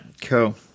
Cool